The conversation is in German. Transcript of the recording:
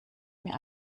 mir